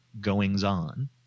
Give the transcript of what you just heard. goings-on